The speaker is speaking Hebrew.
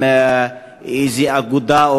עם איזו אגודה,